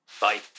Bye